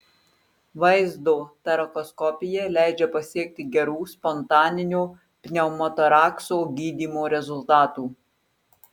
vaizdo torakoskopija leidžia pasiekti gerų spontaninio pneumotorakso gydymo rezultatų